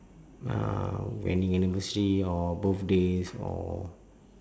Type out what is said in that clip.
uh wedding anniversary or birthdays or